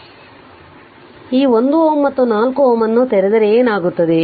ಆದ್ದರಿಂದ ಈ 1 Ω ಮತ್ತು 4 Ω ಅನ್ನು ತೆರೆದರೆ ಏನಾಗುತ್ತದೆ